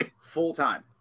full-time